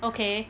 okay